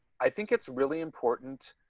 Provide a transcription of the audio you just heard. i think it's really important.